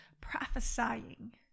prophesying